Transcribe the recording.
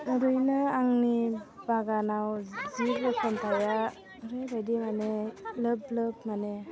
ओरैनो आंनि बागानाव जि फसंथाइआ ओरैबायदि माने लोब लोब माने